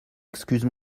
excuse